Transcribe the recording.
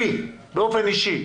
באופן אישי.